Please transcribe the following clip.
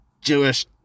Jewish